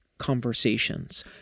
conversations